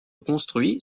construit